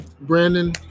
brandon